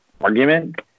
argument